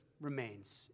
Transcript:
remains